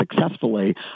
successfully